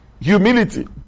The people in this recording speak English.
humility